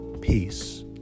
Peace